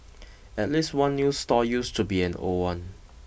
at least one new stall used to be an old one